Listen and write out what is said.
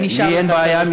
אין לי בעיה.